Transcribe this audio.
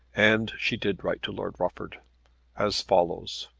and she did write to lord rufford as follows